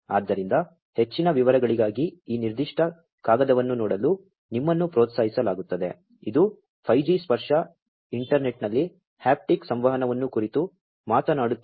ಆದ್ದರಿಂದ ಹೆಚ್ಚಿನ ವಿವರಗಳಿಗಾಗಿ ಈ ನಿರ್ದಿಷ್ಟ ಕಾಗದವನ್ನು ನೋಡಲು ನಿಮ್ಮನ್ನು ಪ್ರೋತ್ಸಾಹಿಸಲಾಗುತ್ತದೆ ಇದು 5G ಸ್ಪರ್ಶ ಇಂಟರ್ನೆಟ್ನಲ್ಲಿ ಹ್ಯಾಪ್ಟಿಕ್ ಸಂವಹನದ ಕುರಿತು ಮಾತನಾಡುತ್ತಿದೆ